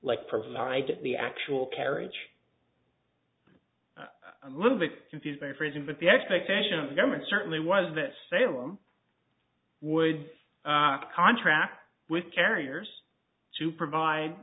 like provide the actual carriage i'm a little bit confused by phrasing but the expectation of government certainly was that salem would a contract with carriers to provide